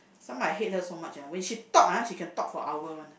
some I hate her so much ah when she talk ah she can talk for hour one